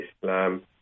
Islam